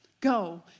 go